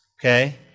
okay